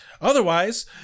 Otherwise